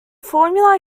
formula